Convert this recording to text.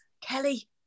Kelly